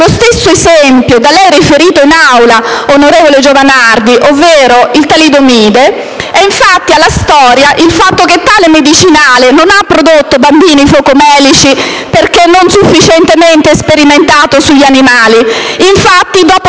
lo stesso esempio da lei riferito in Aula, onorevole Giovanardi, ovvero il talidomide, è infatti alla storia il fatto che tale medicinale non abbia prodotto bambini focomelici perché non sufficientemente sperimentato sugli animali. Infatti, dopo